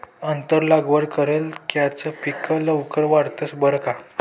आंतर लागवड करेल कॅच पिके लवकर वाढतंस बरं का